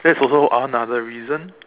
that is also another reason